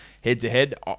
head-to-head